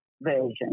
version